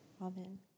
Amen